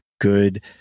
good